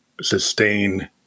sustain